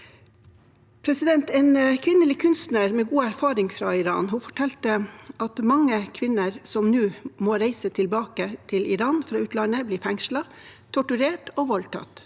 kvinner. En kvinnelig kunstner med god erfaring fra Iran fortalte at mange kvinner som nå må reise tilbake til Iran fra utlandet, blir fengslet, torturert og voldtatt.